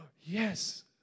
yes